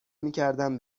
میکردم